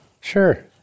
Sure